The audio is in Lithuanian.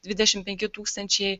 dvidešim penki tūkstančiai